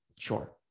Sure